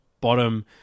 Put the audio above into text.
bottom